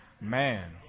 Man